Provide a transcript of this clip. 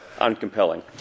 uncompelling